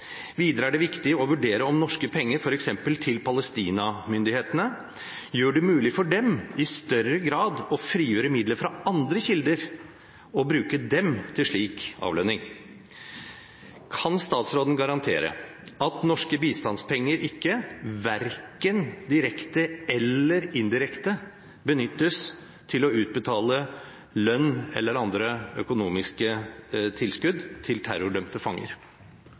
Videre er det viktig å vurdere om norske penger, f.eks. til myndighetene i Palestina, gjør det mulig for dem i større grad å frigjøre midler fra andre kilder og bruke dem til slik avlønning. Kan statsråden garantere at norske bistandspenger ikke – verken direkte eller indirekte – benyttes til å utbetale lønn eller andre økonomiske tilskudd til terrordømte fanger?